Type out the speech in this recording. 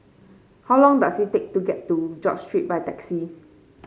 how long does it take to get to George Street by taxi